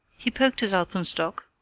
he poked his alpenstock,